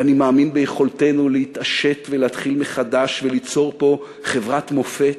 ואני מאמין ביכולתנו להתעשת ולהתחיל מחדש וליצור פה חברת מופת